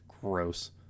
gross